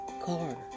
car